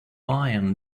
iron